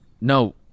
No